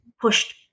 pushed